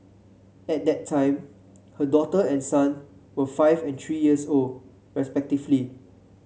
at that time her daughter and son were five and three years old respectively